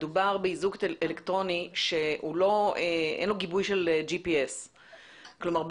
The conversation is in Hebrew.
מדובר באיזוק אלקטרוני שאין לו גיבוי של GPS. כלומר,